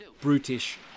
brutish